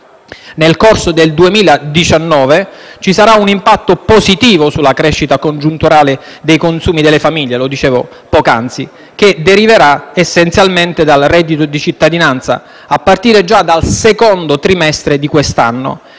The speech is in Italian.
Nel corso del 2019 ci sarà un impatto positivo sulla crescita congiunturale dei consumi delle famiglie - lo dicevo poc'anzi - che deriverà essenzialmente dal reddito di cittadinanza, a partire già dal secondo trimestre di quest'anno,